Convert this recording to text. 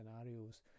scenarios